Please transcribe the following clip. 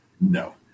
no